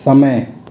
समय